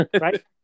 right